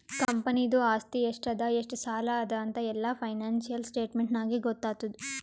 ಕಂಪನಿದು ಆಸ್ತಿ ಎಷ್ಟ ಅದಾ ಎಷ್ಟ ಸಾಲ ಅದಾ ಅಂತ್ ಎಲ್ಲಾ ಫೈನಾನ್ಸಿಯಲ್ ಸ್ಟೇಟ್ಮೆಂಟ್ ನಾಗೇ ಗೊತ್ತಾತುದ್